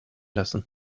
lassen